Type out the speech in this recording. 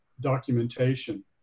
documentation